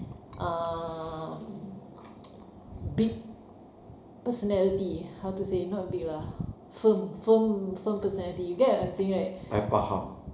err big personality how to say not big lah firm firm firm personality you get what I'm saying right